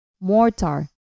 Mortar